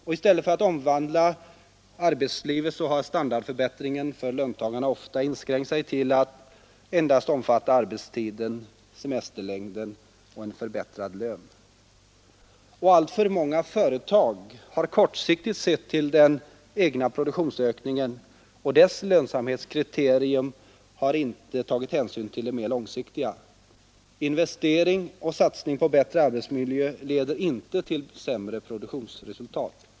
Och i stället för att omvandla arbetslivet har standardförbättringen för löntagarna ofta inskränkt sig till att endast omfatta arbetstiden, semesterlängden och en förbättrad lön. Alltför många företag har kortsiktigt sett till den egna produktionsökningen, och dess lönsamhetskriterium har inte tagit hänsyn till det mer långsiktiga. Investering och satsning på bättre arbetsmiljö leder inte till ett sämre produktionsresultat.